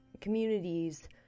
communities